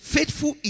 Faithful